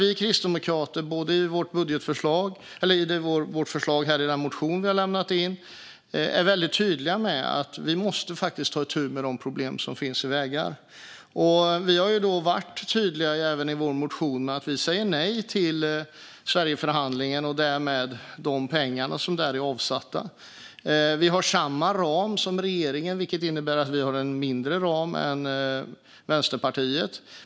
Vi kristdemokrater är i det förslag i motionen som vi har lämnat in väldigt tydliga med att vi måste ta itu med de problem som finns med vägarna. Vi har varit tydliga i vår motion med att vi säger nej till Sverigeförhandlingen och därmed till de pengar som där är avsatta. Vi har samma ram som regeringen, vilket innebär att vi har en mindre ram än Vänsterpartiet.